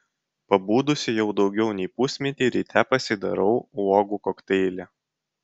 pabudusi jau daugiau nei pusmetį ryte pasidarau uogų kokteilį